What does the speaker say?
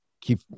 keep